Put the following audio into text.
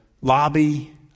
lobby